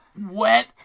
wet